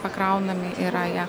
pakraunami yra jie